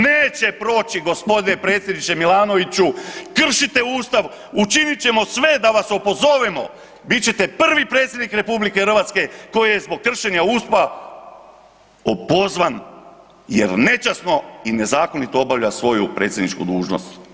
Neće proći g. Predsjedniče Milanoviću, kršite Ustav, učinit ćemo sve da vas opozovemo, bit ćete prvi Predsjednik RH koji je zbog kršenja Ustava opozvan jer nečasno i nezakonito obavlja svoju predsjedničku dužnost.